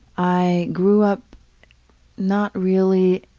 i grew up not really